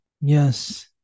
yes